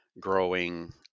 growing